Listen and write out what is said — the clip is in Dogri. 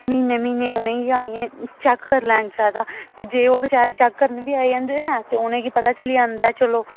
म्हीने म्हीने उ'नेंगी आनियै चेक करी लैना चाहिदा ते जे ओह् बेचारे चेक करन बी आई जंदे ऐ ते उ'नेंगी पता चली जंदा ऐ चलो